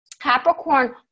Capricorn